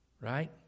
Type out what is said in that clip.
Right